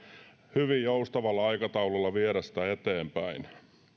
hyvin joustavalla aikataululla viedä opintoja eteenpäin